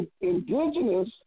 indigenous